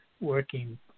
working